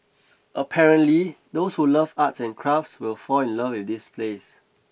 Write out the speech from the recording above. apparently those who love arts and crafts will fall in love with this place